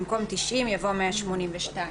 במקום "תשעים" יבוא "182".